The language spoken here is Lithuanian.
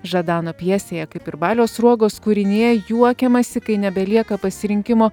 žadano pjesėje kaip ir balio sruogos kūrinyje juokiamasi kai nebelieka pasirinkimo